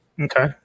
Okay